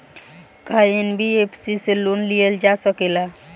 का एन.बी.एफ.सी से लोन लियल जा सकेला?